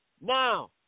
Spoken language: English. Now